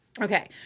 Okay